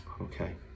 Okay